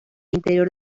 interior